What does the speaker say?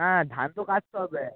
হ্যাঁ ধান তো কাটতে হবে